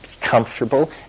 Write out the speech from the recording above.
comfortable